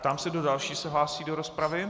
Ptám se, kdo další se hlásí do rozpravy.